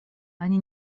они